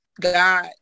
God